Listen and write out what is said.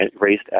raised